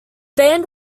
band